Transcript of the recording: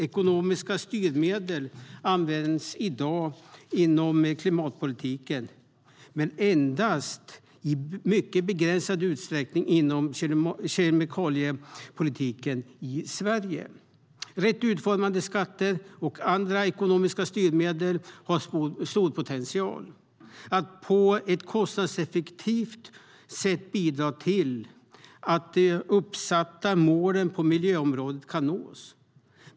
Ekonomiska styrmedel används i dag inom klimatpolitiken men endast i mycket begränsad utsträckning inom kemikaliepolitiken i Sverige. Rätt utformade skatter och andra ekonomiska styrmedel har stor potential att på ett kostnadseffektivt sätt bidra till att de uppsatta målen på miljöområdet kan nås.